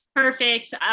Perfect